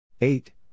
eight